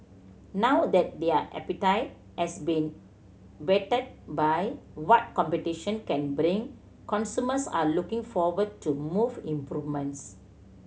now that their appetite has been whetted by what competition can bring consumers are looking forward to move improvements